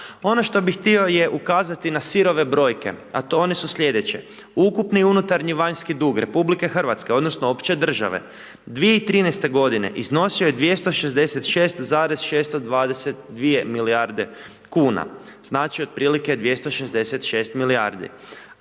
Ono što bih htio je ukazati na sirove brojke, a one su sljedeće, ukupni unutarnji-vanjski dug Republike Hrvatske odnosno opće države, 2013. godine iznosio je 266,622 milijarde kuna, znači otprilike 266 milijardi,